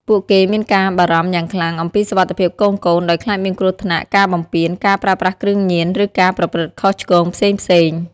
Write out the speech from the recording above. ពួកគេមានការបារម្ភយ៉ាងខ្លាំងអំពីសុវត្ថិភាពកូនៗ ដោយខ្លាចមានគ្រោះថ្នាក់ ការបំពាន ការប្រើប្រាស់គ្រឿងញៀន ឬការប្រព្រឹត្តខុសឆ្គងផ្សេងៗ ។